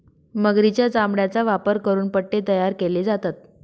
मगरीच्या चामड्याचा वापर करून पट्टे तयार केले जातात